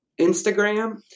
instagram